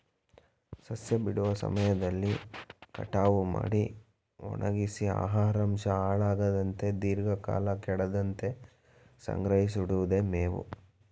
ಸಸ್ಯ ಬಿಡುವ ಸಮಯದಲ್ಲಿ ಕಟಾವು ಮಾಡಿ ಒಣಗ್ಸಿ ಆಹಾರಾಂಶ ಹಾಳಾಗದಂತೆ ದೀರ್ಘಕಾಲ ಕೆಡದಂತೆ ಸಂಗ್ರಹಿಸಿಡಿವುದೆ ಮೇವು